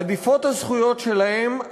עדיפות הזכויות שלהם,